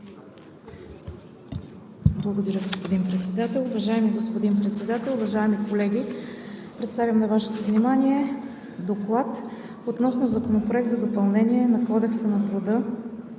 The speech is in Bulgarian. Уважаеми господин Председател, уважаеми колеги! Представям на Вашето внимание „ДОКЛАД относно Законопроект за допълнение на Кодекса на труда,